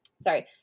sorry